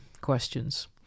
questions